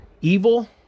Evil